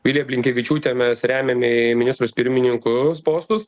viliją blinkevičiūtę mes remiame į ministrus pirmininkus postus